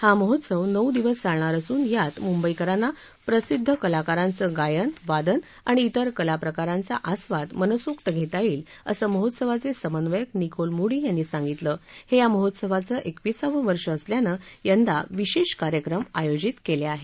हा महोत्सव नऊ दिवस चालणार असून यात मुंबईकरांना प्रसिद्ध कलाकारांचं गायन वादन आणि तिर कला प्रकरांचा आस्वाद मनसोक्त घेता येईल असं महोत्सावाचे समन्वयक निकोल मूडी यांनी सांगितलं हे या महोत्सावाचं एकविसावं वर्ष असल्यानं यंदा विशेष कार्यक्रम आयोजित केले आहेत